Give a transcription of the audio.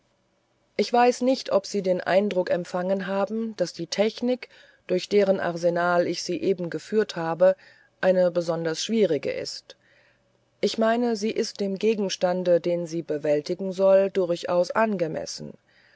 ich weiß nicht ob sie den eindruck empfangen haben daß die technik durch deren arsenal ich sie eben geführt habe eine besonders schwierige ist ich meine sie ist dem gegenstande den sie bewältigen soll durchaus angemessen